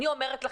אני אומרת לכם,